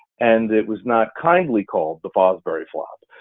and it was not kindly called the fosbury flop,